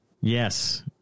Yes